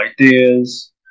ideas